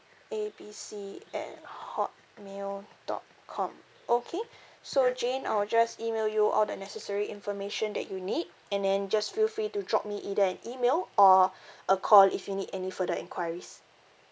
A B C at hotmail dot com okay so jane I will just email you all the necessary information that you need and then just feel free to drop me either an email or a call if you need any further enquiries